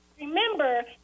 remember